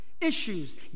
issues